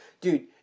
Dude